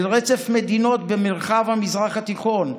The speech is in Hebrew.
אל רצף מדינות במרחב המזרח התיכון,